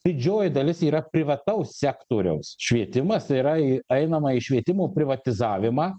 didžioji dalis yra privataus sektoriaus švietimas tai yra einama į švietimo privatizavimą